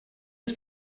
was